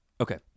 Okay